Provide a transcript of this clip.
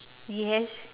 yes